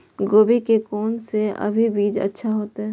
गोभी के कोन से अभी बीज अच्छा होते?